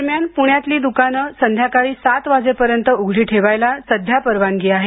दरम्यान प्ण्यातली दुकानं संध्याकाळी सात वाजेपर्यंत उघडी ठेवायला सध्या परवानगी आहे